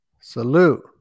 Salute